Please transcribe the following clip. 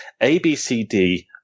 ABCD